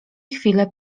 chwilę